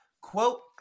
quote